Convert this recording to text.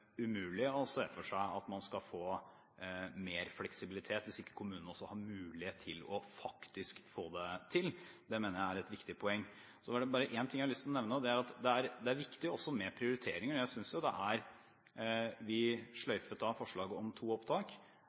man skal få mer fleksibilitet hvis ikke kommunene også har mulighet til faktisk å få det til. Det mener jeg er et viktig poeng. Det er bare én ting jeg har lyst til å nevne, og det er at det også er viktig med prioriteringer. Vi sløyfet forslaget om to opptak. Vi fikk 300 mill. kr ekstra til etter- og videreutdanning av